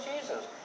Jesus